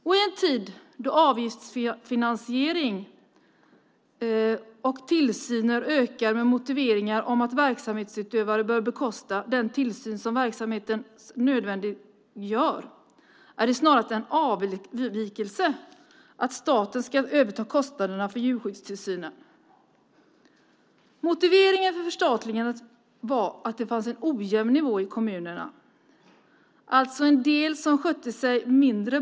I en tid då avgiftsfinansiering av tillsyn ökar med motiveringar om att verksamhetsutövare bör bekosta den tillsyn som verksamheten nödvändiggör är det snarast en avvikelse att staten ska överta kostnaderna för djurskyddstillsynen. Motiveringen för förstatligandet var att det fanns en ojämn nivå i kommunerna. Det var alltså en del som skötte sig mindre bra.